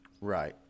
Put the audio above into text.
Right